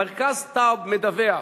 מרכז טאוב מדווח,